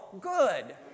good